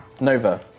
Nova